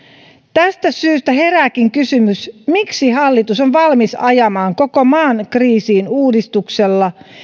tästä syystä herääkin kysymys miksi hallitus on valmis ajamaan koko maan kriisiin uudistuksella